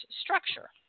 structure